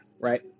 right